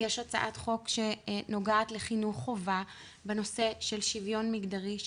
יש הצעת חוק שנוגעת לחינוך חובה בנושא של שוויון מגדרי,